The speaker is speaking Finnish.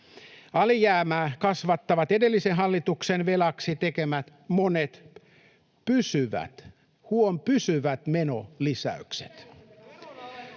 Alijäämää kasvattavat edellisen hallituksen velaksi tekemät monet pysyvät —